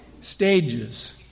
stages